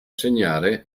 segnare